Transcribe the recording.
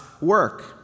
work